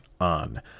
ON